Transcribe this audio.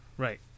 Right